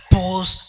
Pause